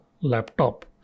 laptop